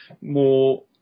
more